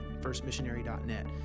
firstmissionary.net